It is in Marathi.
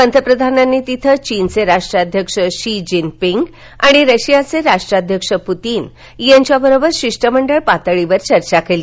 पंतप्रधानांनी तिथेचीनचे राष्ट्राध्यक्ष शी जीन पिंग आणि रशियाचे राष्ट्राध्यक्ष पुतीन यांच्याबरोबर शिष्टमंडळ पातळीवर चर्चा केली